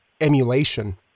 emulation